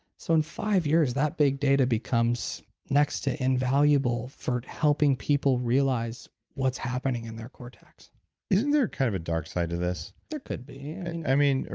so in five years, that big data becomes next to invaluable for helping people realize what's happening in their cortex isn't there kind of a dark side to this? there could be i mean,